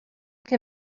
can